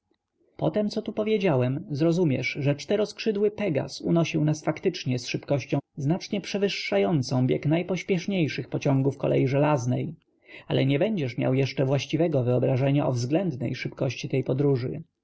tem co tu powiedziałem zrozumiesz że czteroskrzydły pegaz unosił nas faktycznie z szybkością znacznie przewyższającą bieg najpośpieszniejszych pociągów kolei żelaznej ale nie będziesz miał jeszcze właściwego wyobrażenia o względnej szybkości tej